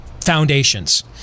foundations